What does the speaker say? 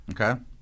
Okay